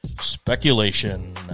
Speculation